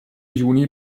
juni